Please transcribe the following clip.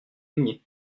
aimiez